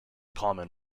common